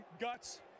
guts